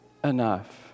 enough